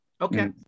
Okay